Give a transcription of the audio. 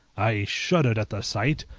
i shuddered at the sight,